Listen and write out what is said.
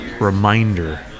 reminder